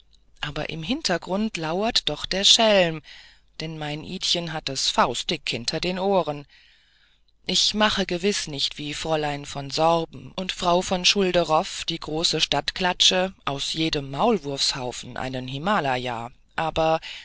aber im hintergrunde lauert doch der schelm denn mein idchen hat es faustdick hinter den ohren ich mache gewiß nicht wie fräulein von sorben und frau von schulderoff die große stadtklatsche aus jedem maulwurfshaufen einen himalaya aber wer